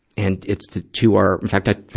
and it's, the two are in fact, i, i,